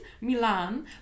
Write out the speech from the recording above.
Milan